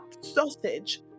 sausage